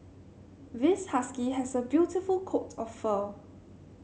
this husky has a beautiful coat of fur